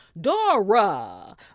Dora